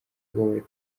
rwabaye